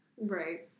Right